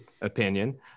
opinion